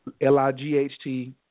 L-I-G-H-T